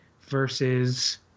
versus